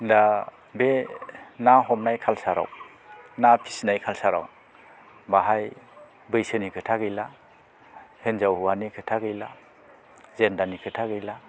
दा बे ना हमनाय कालसाराव ना फिसिनाय कालसाराव बैसोनि खोथा गैला हिनजावनि हौवानि खोथा गैला जेनदारनि खोथा गैला